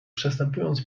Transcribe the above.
przestępując